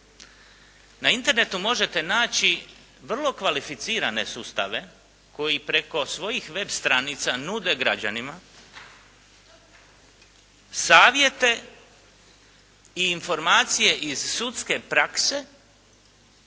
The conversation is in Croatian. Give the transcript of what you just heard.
Na internetu možete naći vrlo kvalificirane sustave koji preko svojih web stranica nude građanima savjete i informacije iz sudske prakse